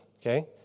okay